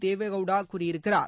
தேவே கௌடா கூறியிருக்கிறார்